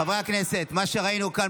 חברי הכנסת, מה שראינו כאן